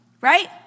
right